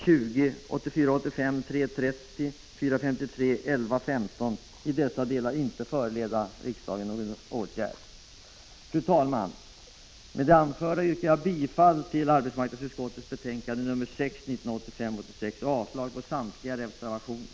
Med det anförda yrkar jag bifall till hemställan i arbetsmarknadsutskottets betänkande nr 6 och avslag på samtliga reservationer.